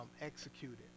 executed